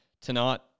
tonight